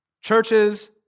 Churches